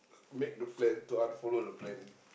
make the plan to unfollow the plan